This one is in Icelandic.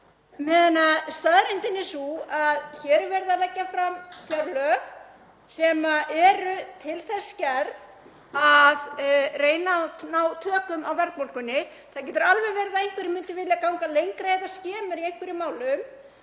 meðan staðreyndin er sú að hér er verið að leggja fram fjárlög sem eru til þess gerð að reyna að ná tökum á verðbólgunni. Það getur alveg verið að einhverjir myndu vilja ganga lengra eða skemur í einhverjum málum,